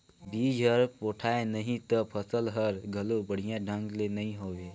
बिज हर पोठाय नही त फसल हर घलो बड़िया ढंग ले नइ होवे